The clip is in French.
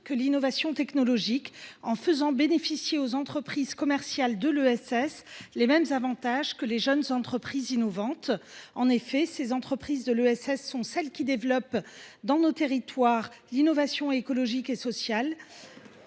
que l’innovation technologique, en faisant bénéficier les entreprises commerciales de l’économie sociale et solidaire (ESS) des mêmes avantages que les jeunes entreprises innovantes. Les entreprises de l’ESS sont celles qui développent dans nos territoires l’innovation écologique et sociale,